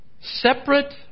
Separate